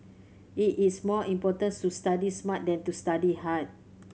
it is more importance to study smart than to study hard